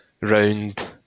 round